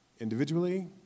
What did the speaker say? Individually